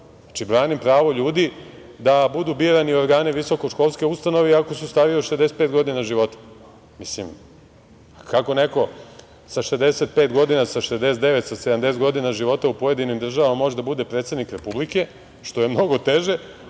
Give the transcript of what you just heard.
Znači, branim prava ljudi da budu birani organi visokoškolske ustanove iako su stariji od 65 godina života. Mislim, kako neko sa 65 godina, sa 69, sa 70 godina života u pojedinim državama može da bude predsednik Republike, što je mnogo teže,